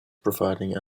providing